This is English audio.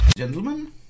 gentlemen